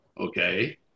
Okay